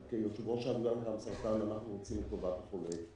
כיושב-ראש האגודה למלחמה בסרטן אנחנו רוצים את טובת החולה,